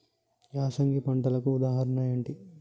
యాసంగి పంటలకు ఉదాహరణ ఏంటి?